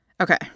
Okay